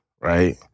right